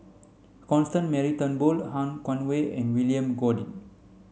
Constance Mary Turnbull Han Guangwei and William Goode